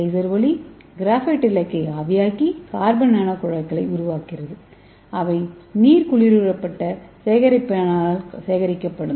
laser ஒளி graphite இலக்கை ஆவியாக்கி கார்பன் நானோகுழாய்களை உருவாக்குகிறது அவை நீர் குளிரூட்டப்பட்ட சேகரிப்பாளரில் சேகரிக்கப்படும்